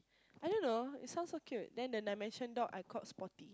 I don't know it sounds so cute then the Dalmatian dog I called Spotty